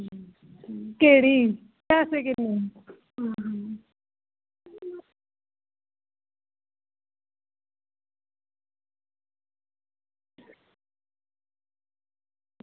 केह्ड़ी पैसे किन्ने